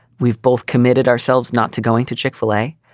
we've both committed ourselves not to going to chick-fil-a.